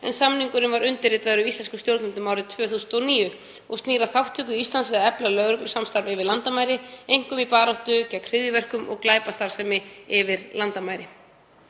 en samningurinn var undirritaður af íslenskum stjórnvöldum árið 2009 og snýr að þátttöku Íslands í að efla lögreglusamstarf yfir landamæri, einkum í baráttu gegn hryðjuverkum og glæpastarfsemi yfir landamæri.